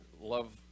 love